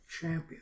champion